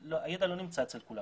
הידע לא נמצא אצל כולם